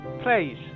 Please